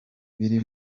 biri